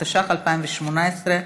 התשע"ח,2018,